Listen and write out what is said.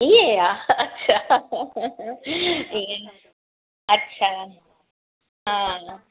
ईअं आहे ईअं अच्छा हा